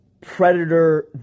Predator